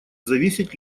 зависеть